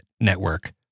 network